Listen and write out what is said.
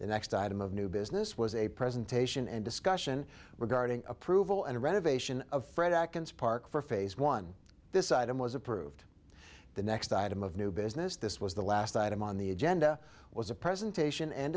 the next item of new business was a presentation and discussion regarding approval and renovation of fred akron's park for phase one this item was approved the next item of new business this was the last item on the agenda was a presentation and